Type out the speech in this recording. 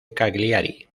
cagliari